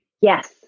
Yes